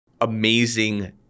amazing